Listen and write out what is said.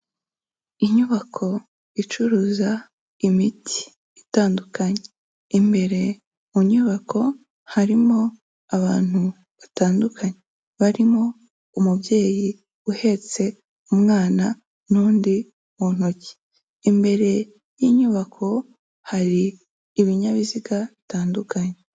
Inyubako icuruza imiti itandukanye, imbere mu nyubako harimo abantu batandukanye barimo umubyeyi uhetse umwana n'undi mu ntoki, imbere y'inyubako hari ibinyabiziga bitandukanye.